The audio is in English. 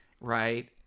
Right